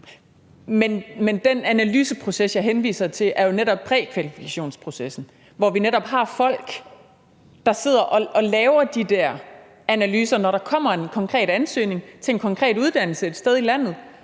Men den analyseproces, jeg henviser til, er jo netop prækvalifikationsprocessen, hvor vi har folk, der sidder og laver de der analyser. Når der kommer en konkret ansøgning til en konkret uddannelse et sted i landet,